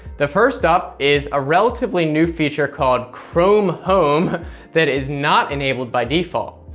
the first up is a relatively new feature called chrome home that is not enabled by default.